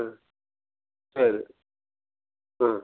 ம் சரி ம்